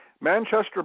Manchester